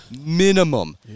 minimum